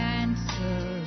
answer